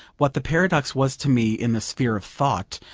what the paradox was to me in the sphere of thought,